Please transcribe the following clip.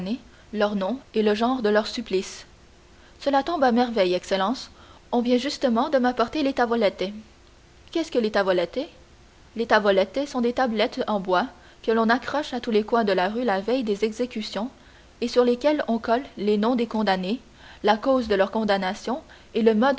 leurs noms et le genre de leur supplice cela tombe à merveille excellence on vient justement de m'apporter les tavolette qu'est-ce que les tavolette les tavolette sont des tablettes en bois que l'on accroche à tous les coins de rue la veille des exécutions et sur lesquelles on colle les noms des condamnés la cause de leur condamnation et le